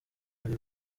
bari